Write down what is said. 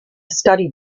study